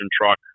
truck